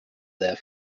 there